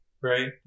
right